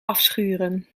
afschuren